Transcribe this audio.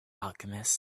alchemist